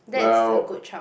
well